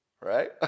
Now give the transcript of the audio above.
right